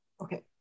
Okay